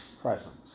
presence